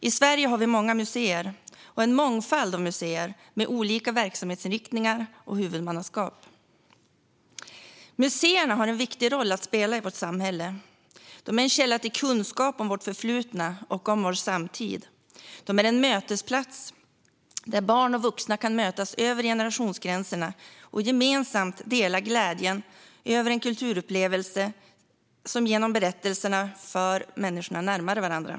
I Sverige har vi många museer och en mångfald av museer med olika verksamhetsinriktning och huvudmannaskap. Museerna har en viktig roll att spela i vårt samhälle. De är en källa till kunskap om vårt förflutna och om vår samtid. De är en plats där barn och vuxna kan mötas över generationsgränserna och gemensamt kan dela glädjen över en kulturupplevelse som genom berättelserna för människorna närmare varandra.